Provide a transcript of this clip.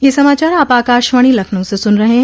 ब्रे क यह समाचार आप आकाशवाणी लखनऊ से सुन रहे हैं